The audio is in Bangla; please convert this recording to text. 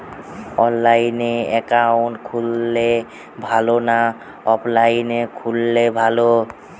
অনলাইনে একাউন্ট খুললে ভালো না অফলাইনে খুললে ভালো?